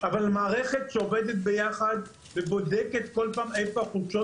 אבל מערכת שעובדת ביחד ובודקת בכל פעם איפה החולשות